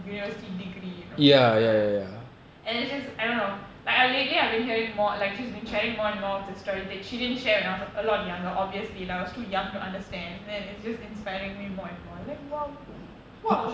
university degree you know ya and it's just I don't know like I lately I've been hearing more like she's been chatting more and more with the story that she didn't share when I was a lot younger obviously lah I was too young to understand then it's just inspiring me more and more like !wow! !wow!